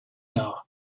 are